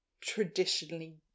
traditionally